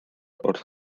wrth